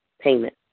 payment